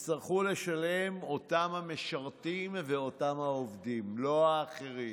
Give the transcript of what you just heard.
יצטרכו לשלם אותם משרתים ואותם עובדים, לא האחרים.